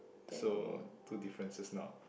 so two differences now